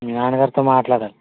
మీ నాన్నగారితో మాట్లాడాలి